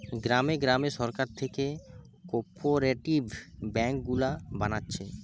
গ্রামে গ্রামে সরকার থিকে কোপরেটিভ বেঙ্ক গুলা বানাচ্ছে